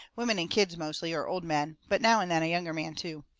women and kids mostly, or old men, but now and then a younger man too.